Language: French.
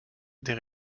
des